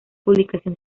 publicación